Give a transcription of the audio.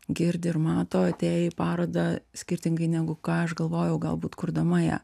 girdi ir mato atėję į parodą skirtingai negu ką aš galvojau galbūt kurdama ją